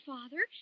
Father